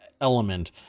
element